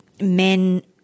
men